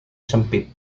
sempit